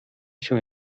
się